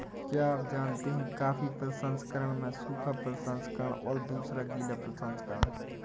क्या आप जानते है कॉफ़ी प्रसंस्करण में सूखा प्रसंस्करण और दूसरा गीला प्रसंस्करण है?